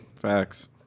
Facts